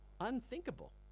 Unthinkable